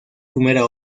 primera